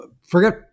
forget